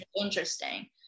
interesting